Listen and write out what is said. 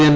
N